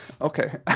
okay